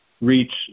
reach